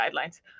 guidelines